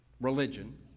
religion